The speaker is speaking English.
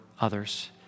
others